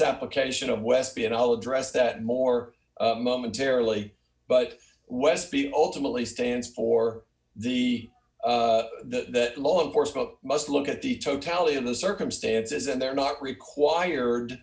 application of westby and i'll address that more d momentarily but west be ultimately stands for the the law enforcement must look at the totality of the circumstances and they're not required